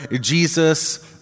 Jesus